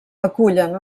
acullen